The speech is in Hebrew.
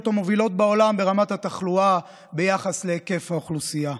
המובילות בעולם ברמת התחלואה ביחס להיקף האוכלוסייה.